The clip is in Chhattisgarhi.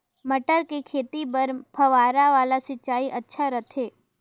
मटर के खेती बर फव्वारा वाला सिंचाई अच्छा रथे?